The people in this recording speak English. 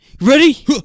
Ready